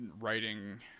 writing